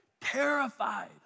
terrified